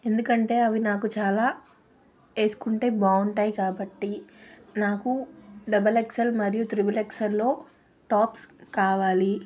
ఎందుకంటే అవి నాకు చాలా వేసుకుంటే బాగుంటాయి కాబట్టి నాకు డబల్ ఎక్స్ఎల్ మరియు త్రిబుల్ ఎక్స్ఎల్లో టాప్స్ కావాలి